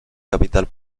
capital